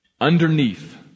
Underneath